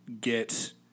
get